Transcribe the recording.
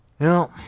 you know,